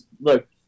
look